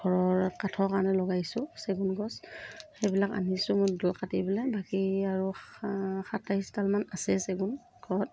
ঘৰৰ কাঠৰ কাৰণে লগাইছোঁ চেগুন গছ সেইবিলাক আনিছোঁ মই দুডাল কাটি পেলাই বাকী আৰু সা সাতাইছডাল মান আছে চেগুন ঘৰত